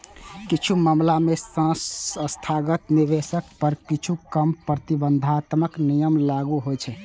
किछु मामला मे संस्थागत निवेशक पर किछु कम प्रतिबंधात्मक नियम लागू होइ छै